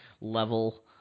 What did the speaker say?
level